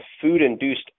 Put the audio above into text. food-induced